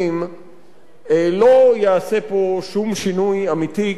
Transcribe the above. לא ייעשה פה שום שינוי אמיתי לכל כיוון שהוא.